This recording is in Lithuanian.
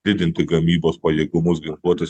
didinti gamybos pajėgumus ginkluotės